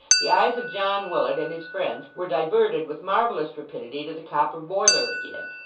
the eyes of john willet and his friends were diverted with marvellous rapidity to the copper boiler again.